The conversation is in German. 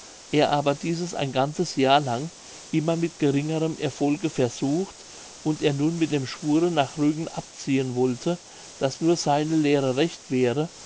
er aber dieses ein ganzes jahr lang immer mit geringerem erfolge versucht und er nun mit dem schwure nach rügen abziehen wollte daß nur seine lehre recht wäre